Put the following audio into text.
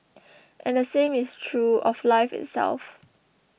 and the same is true of life itself